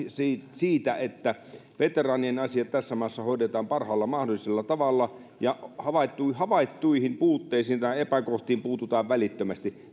siitä että veteraanien asiat tässä maassa hoidetaan parhaalla mahdollisella tavalla ja havaittuihin havaittuihin puutteisiin tai epäkohtiin puututaan välittömästi